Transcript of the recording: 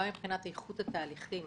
גם מבחינת איכות התהליכים